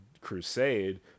crusade